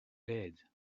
bed